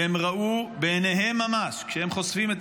והם ראו בעיניהם ממש" כשהם חושפים את